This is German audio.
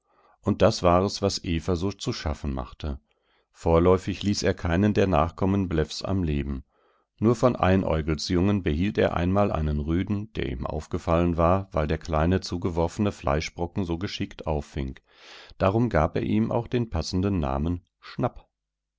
und das war es was eva so zu schaffen machte vorläufig ließ er keinen der nachkommen bläffs am leben nur von einäugels jungen behielt er einmal einen rüden der ihm aufgefallen war weil der kleine zugeworfene fleischbrocken so geschickt auffing darum gab er ihm auch den passenden namen schnapp